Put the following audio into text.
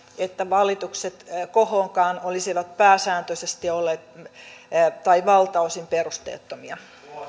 että valitukset kohoonkaan olisivat valtaosin olleet perusteettomia